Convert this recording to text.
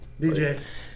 DJ